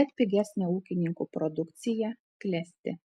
bet pigesnę ūkininkų produkciją klesti